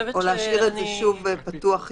להשאיר את זה שוב פתוח יותר?